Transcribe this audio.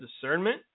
discernment